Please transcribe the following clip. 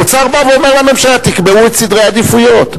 האוצר בא ואומר לממשלה: תקבעו את סדרי העדיפויות.